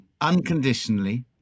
unconditionally